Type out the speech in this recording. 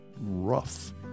rough